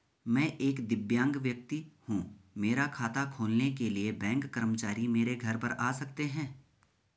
मैं एक दिव्यांग व्यक्ति हूँ मेरा खाता खोलने के लिए बैंक कर्मचारी मेरे घर पर आ सकते हैं?